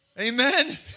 Amen